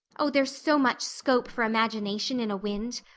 oh, there's so much scope for imagination in a wind!